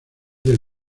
del